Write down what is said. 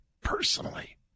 personally